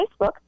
Facebook